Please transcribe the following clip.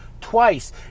twice